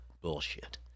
bullshit